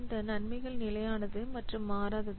இந்த நன்மைகள் நிலையானது மற்றும் மாறாதது